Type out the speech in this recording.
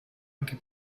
anche